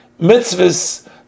mitzvahs